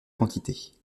quantités